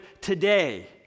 today